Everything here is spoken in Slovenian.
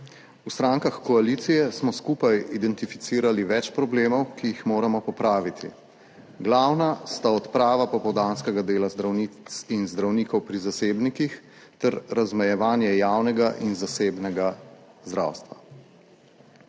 V strankah koalicije smo skupaj identificirali več problemov, ki jih moramo popraviti. Glavna sta odprava popoldanskega dela zdravnic in zdravnikov pri zasebnikih ter razmejevanje javnega in zasebnega zdravstva.